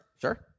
Sure